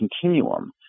continuum